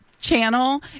channel